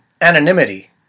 anonymity